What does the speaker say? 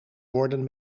worden